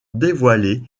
dévoiler